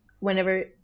whenever